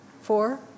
four